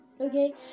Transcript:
Okay